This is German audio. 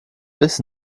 bis